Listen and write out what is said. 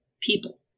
people